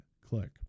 click